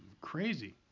crazy